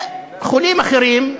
וחולים אחרים,